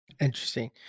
Interesting